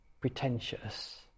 pretentious